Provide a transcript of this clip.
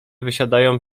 wysiadają